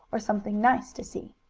or something nice to see,